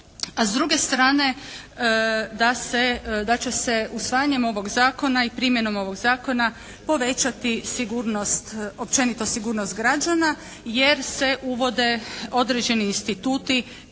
a s druge strane da se, da će se usvajanjem ovog zakona i primjenom ovog zakona povećati sigurnost, općenito sigurnost građana, jer se uvode određeni instituti